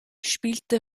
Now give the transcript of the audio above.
spielte